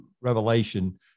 revelation